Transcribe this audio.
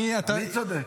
כן, כן.